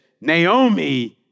Naomi